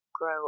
grow